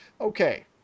Okay